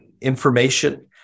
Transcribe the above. information